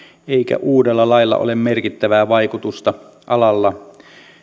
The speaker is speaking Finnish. eikä uudella lailla ole merkittävää vaikutusta alalla